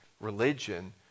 religion